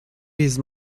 his